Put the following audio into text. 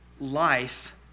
Life